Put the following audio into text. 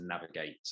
navigate